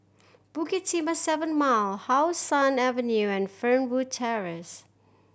Bukit Timah Seven Mile How Sun Avenue and Fernwood Terrace